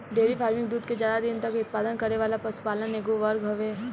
dairy farming दूध के ज्यादा दिन तक उत्पादन करे वाला पशुपालन के एगो वर्ग हवे